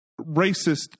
racist